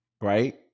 right